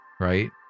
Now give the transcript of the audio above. right